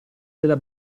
della